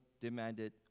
demanded